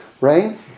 Right